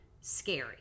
scary